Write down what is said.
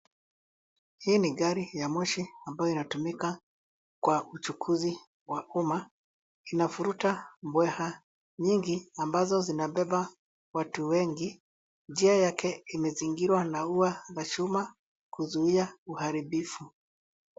Hii ni gari ya moshi ambayo inatumika kwa uchukuzi wa umma. Inavuruta mbweha nyingi ambazo zinabeba watu wengi. Njia yake imezingirwa na ua za chuma kuzuia uharibifu.